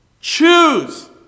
Choose